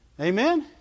Amen